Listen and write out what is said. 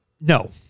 No